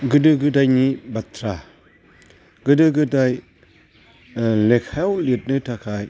गोदो गोदायनि बाथ्रा गोदो गोदाय लेखायाव लिरनो थाखाय